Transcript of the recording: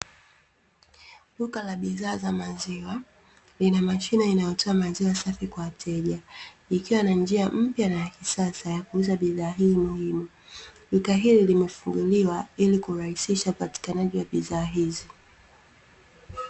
Duka la bidhaa za maziwa, lina mashine inayotoa maziwa safi kwa wateja ikiwa na njia mpya na ya kisasa ya kuuza bidhaa hii muhimu. Duka hili limefunguliwa ili kurahisisha upatikanaji wa bidhaa hizi.